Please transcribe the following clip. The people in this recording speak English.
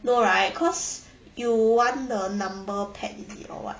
no right cause you want the number pad or what